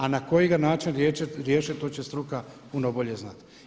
A na koji ga način riješiti to će struka puno bolje znati.